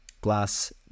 glass